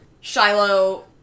Shiloh-